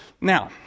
Now